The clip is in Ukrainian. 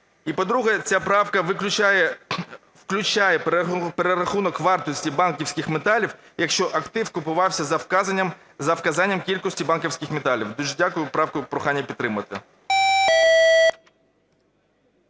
І, по-друге, ця правка включає перерахунок вартості банківських металів, якщо актив купувався з вказанням кількості банківських металів. Дуже дякую. Правку прохання підтримати.